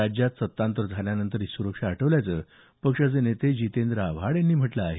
राज्यात सत्तांतर झाल्यानंतर ही सुरक्षा हटवल्याचं पक्षाचे नेते जितेंद्र आव्हाड यांनी म्हटलं आहे